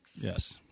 yes